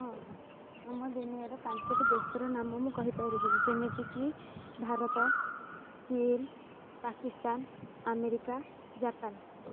ହଁ ଆମ ଦୁନିଆର ପାଞ୍ଚୋଟି ଦେଶର ନାମ ମୁଁ କହିପାରିବି ଯେମିତିକି ଭାରତ ଚୀନ ପାକିସ୍ତାନ ଆମେରିକା ଜାପାନ